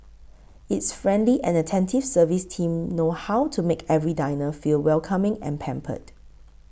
its friendly and attentive service team know how to make every diner feel welcoming and pampered